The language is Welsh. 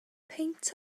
peint